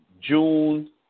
June